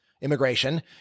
immigration